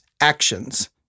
actions